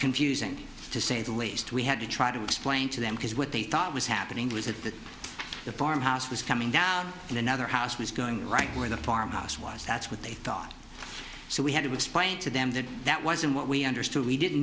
confusing to say the least we had to try to explain to them because what they thought was happening was that the farmhouse was coming down and another house was going on where the farm house was that's what they thought so we had to explain to them that that wasn't what we understood we didn't